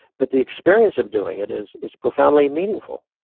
but the experience of doing it is is profoundly meaningful.